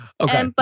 Okay